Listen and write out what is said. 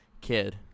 kid